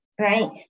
Right